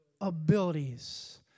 abilities